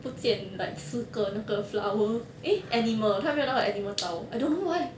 不见 like 四个那个 flower eh animal 他没有那个 animal tile I don't know why